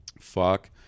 Fuck